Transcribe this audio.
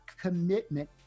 commitment